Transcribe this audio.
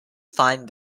find